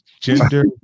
Gender